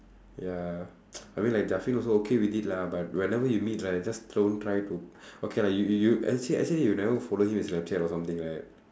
ya I mean like also okay with it lah but whenever we meet right just don't try to okay lah you you actually actually you never follow him on snapchat or something right